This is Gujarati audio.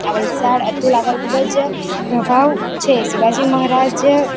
આ વલસાડ અતુલ આગળ ખુબ જ પ્રભાવ છે શિવાજી મહારાજ